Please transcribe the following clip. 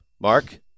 Mark